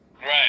Right